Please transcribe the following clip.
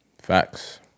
Facts